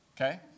Okay